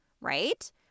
right